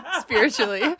spiritually